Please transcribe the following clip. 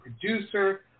producer